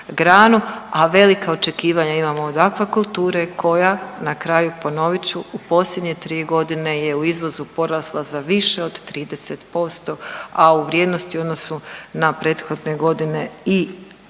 a velika očekivanja imamo do aquakulture koja na kraju ponovit ću u posljednje tri godine je u izvozu porasla za više od 30%, a u vrijednosti u odnosu na prethodne godine i još